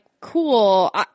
cool